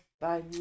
Bye